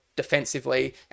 defensively